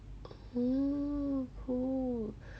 oh cool